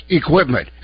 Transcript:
equipment